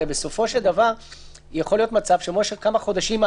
הרי בסופו של דבר יכול להיות מצב שבמשך כמה חודשים,